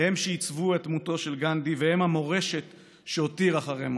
הם שעיצבו את דמותו של גנדי והם המורשת שהותיר אחרי מותו.